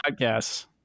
podcasts